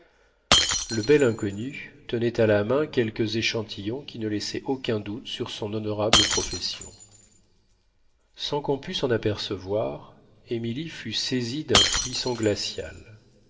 le bel inconnu tenait à la main quelques échantillons qui ne laissaient aucun doute sur son honorable profession sans qu'on pût s'en apercevoir émilie fut saisie d'un frisson glacial